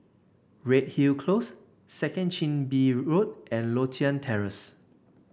Redhill Close Second Chin Bee Road and Lothian Terrace